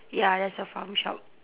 ya there's a farm shop